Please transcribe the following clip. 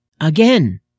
again